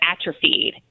atrophied